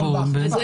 בואו, שנייה, שנייה.